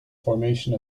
formation